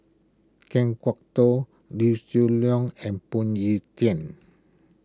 Kan Kwok Toh Liew Leong and Phoon Yew Tien